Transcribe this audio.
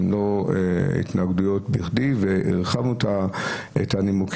הן לא התנגדויות בכדי, והרחבנו את הנימוקים.